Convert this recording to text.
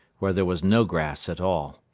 where there was no grass at all.